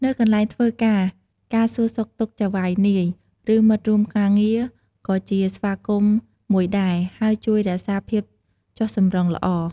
នៅកន្លែងធ្វើការ ការសួរសុខទុក្ខចៅហ្វាយនាយ ឬមិត្តរួមការងារក៏ជាស្វាគមន៍មួយដែរ ហើយជួយរក្សាភាពចុះសម្រុងល្អ។